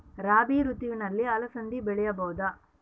ರಾಭಿ ಋತುವಿನಲ್ಲಿ ಅಲಸಂದಿ ಬೆಳೆಯಬಹುದೆ?